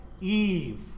Eve